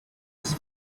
his